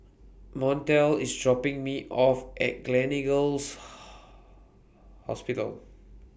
Montel IS dropping Me off At Gleneagles Hospital